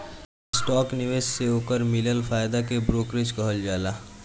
stock निवेश से ओकर मिलल फायदा के ब्रोकरेज कहल जाला